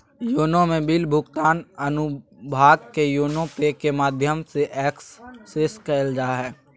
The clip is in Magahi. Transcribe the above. योनो में बिल भुगतान अनुभाग के योनो पे के माध्यम से एक्सेस कइल जा हइ